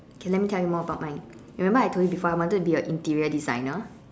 okay let me tell you more about mine remember I told you before I wanted to be a interior designer